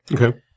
Okay